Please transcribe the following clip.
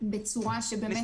בצורה שבאמת --- את התחלואה.